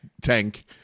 tank